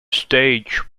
stage